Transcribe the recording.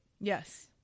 yes